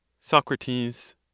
Socrates